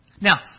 Now